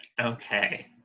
Okay